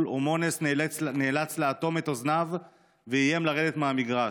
ומואנס נאלץ לאטום את אוזניו ואיים לרדת מהמגרש,